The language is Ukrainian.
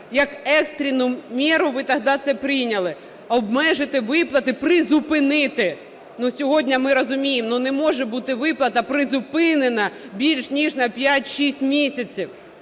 як екстрену меру ви тоді це прийняли – обмежити виплати, призупинити. Сьогодні ми розуміємо, не може бути виплата призупинена більше ніж на 5-6 місяців.